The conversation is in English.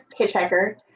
hitchhiker